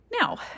Now